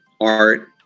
Art